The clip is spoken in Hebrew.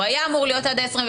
הוא היה אמור להיות עד ה-27,